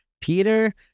Peter